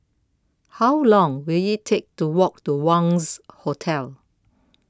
How Long Will IT Take to Walk to Wangz Hotel